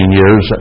years